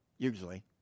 Usually